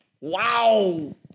wow